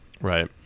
Right